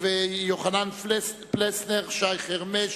יוחנן פלסנר, שי חרמש,